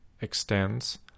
extends